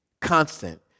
constant